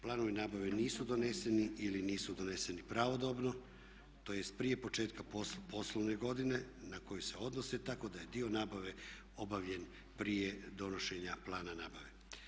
Planovi nabave nisu doneseni ili nisu doneseni pravodobno, tj. prije početka poslovne godine na koju se odnosi tako da je dio nabave obavljen prije donošenja plana nabave.